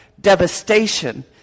devastation